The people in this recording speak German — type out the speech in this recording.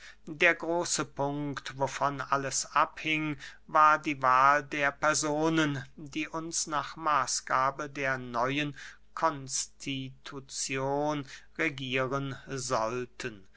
der große punkt wovon alles abhing war die wahl der personen die uns nach maßgabe der neuen konstituzion regieren sollten